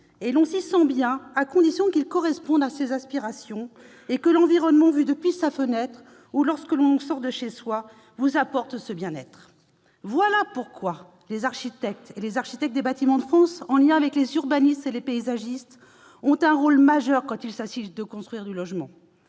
: on s'y sent bien à condition qu'il corresponde à ses aspirations et que l'environnement vu depuis sa fenêtre, ou lorsque l'on sort de chez soi, est source de bien-être. Voilà pourquoi les architectes et les architectes des Bâtiments de France, en liaison avec les urbanistes et les paysagistes, ont un rôle majeur à jouer en matière de construction de logements.